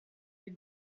des